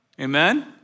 amen